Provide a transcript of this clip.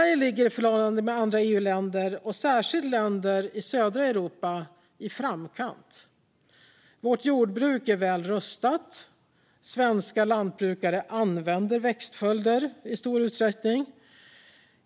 I förhållande till andra EU-länder, särskilt länder i södra Europa, ligger Sverige i framkant. Vårt jordbruk är väl rustat, och svenska lantbrukare använder i stor utsträckning växtföljder.